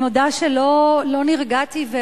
אני מודה שלא נרגעתי.